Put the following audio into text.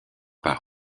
par